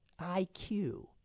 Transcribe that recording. IQ